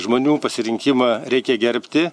žmonių pasirinkimą reikia gerbti